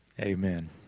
Amen